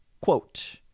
Quote